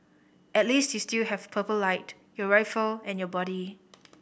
at least you still have Purple Light your rifle and your buddy